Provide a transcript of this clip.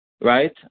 right